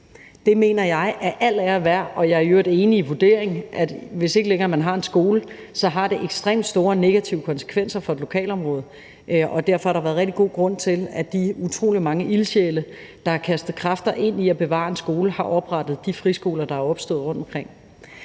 Det mener jeg er al ære og respekt værd, og jeg er i øvrigt enig i vurderingen, nemlig at hvis man ikke længere har en skole, så har det ekstremt store negative konsekvenser for et lokalområde. Derfor har der været rigtig god grund til, at de utrolig mange ildsjæle, der har kastet kræfter ind i at bevare en skole, har oprettet de friskoler, der er opstået rundtomkring.